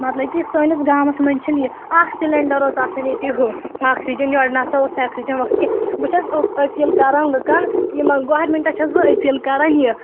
مطلب کہِ سٲنِس گامَس منٛز چھنہٕ یہِ اَکھ سِلینڈر اوس آسان ییٚتہِ ہُہ آکسِجَن یورٕ نَسا اوس آکسیٖجَن واکسیٖجَن کِہیٖنی بہٕ چھس أپیٖل کَران لُکَن یِمن گورمِنٹس چھس بہٕ أپیٖل کَران یہِ